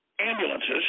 ambulances